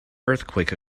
earthquake